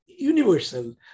Universal